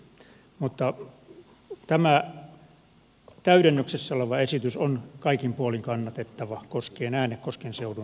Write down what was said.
mutta tämä täydennyksessä oleva esitys on kaikin puolin kannatettava koskien äänekosken seudun liikenneinfran kehittämistä